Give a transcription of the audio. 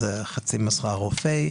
אז זה חצי משרה רופא,